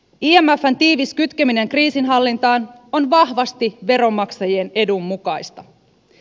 imfn tiivis kytkeminen kriisinhallintaan on vahvasti veronmaksajien edun mukaista